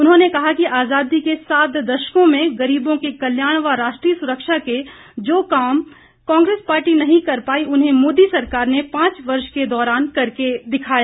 उन्होंने कहा कि आजादी के सात दशकों में गरीबों के कल्याण व राष्ट्रीय सुरक्षा के जो काम कांग्रेस पार्टी नहीं कर पाई उन्हें मोदी सरकार ने पांच वर्ष के दौरान कर के दिखाया